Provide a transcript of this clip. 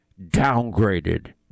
downgraded